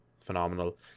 Phenomenal